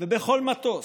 ובכל מטוס,